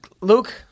Luke